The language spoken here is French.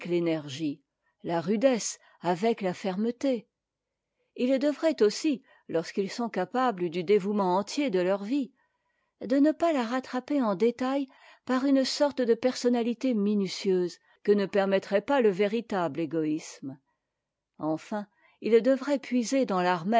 l'énergie la rudesse avec la fermeté ils devraient aussi lorsqu'ils sont capables du dévouement entier de leur vie ne pas la rattraper en détail par une sorte de personnalité minutieuse que ne se permettrait pas le véritable égoïsme enfin ils devraient puiser dans l'art